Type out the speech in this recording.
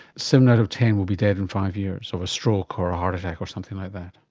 seven out of ten would be dead in five years of a stroke or a heart attack or something like that.